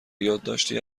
یادداشتی